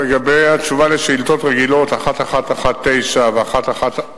לגבי התשובה על השאילתות הרגילות 1119 ו-1149,